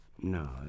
No